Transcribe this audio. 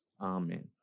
Amen